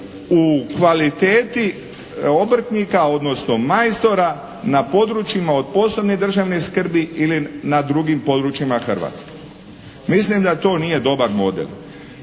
u kvaliteti obrtnika, odnosno majstora na područjima od posebne državne skrbi ili na drugim područjima Hrvatske. Mislim da to nije dobar model.